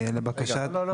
לבקשת --- לא,